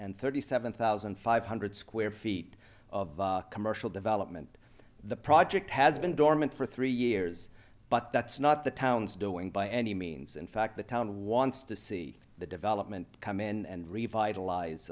and thirty seven thousand five hundred square feet of commercial development the project has been dormant for three years but that's not the town's doing by any means in fact the town wants to see the development come in and revitalize